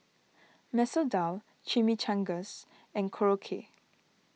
Masoor Dal Chimichangas and Korokke